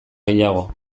gehiago